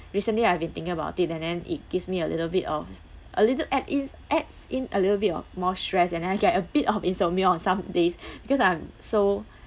recently I've been thinking about it and then it gives me a little bit of a little add in adds in a little bit of more stress and then I get a bit of insomnia on some days because I'm so